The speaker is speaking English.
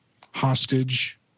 hostage